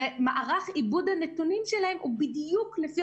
ומערך עיבוד הנתונים שלהן הוא בדיוק לפי